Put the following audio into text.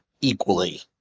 equally